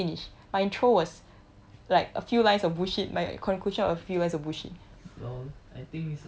I I don't I couldn't finish my intro was like a few lines of bullshit my conclusion was a few lines of bullshit